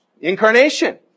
Incarnation